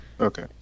Okay